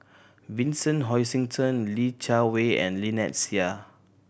Vincent Hoisington Li Jiawei and Lynnette Seah